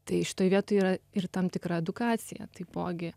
tai šitoj vietoj yra ir tam tikra edukacija taipogi